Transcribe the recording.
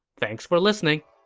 thanks for listening